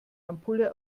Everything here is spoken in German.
ampulle